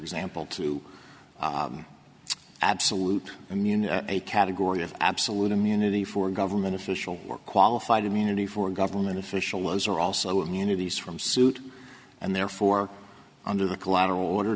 example to absolute immunity a category of absolute immunity for government official or qualified immunity for government official was are also immunities from suit and therefore under the collateral order